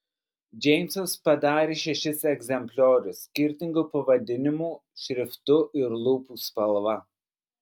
džeimsas padarė šešis egzempliorius skirtingu pavadinimų šriftu ir lūpų spalva